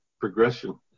progression